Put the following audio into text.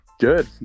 good